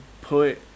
put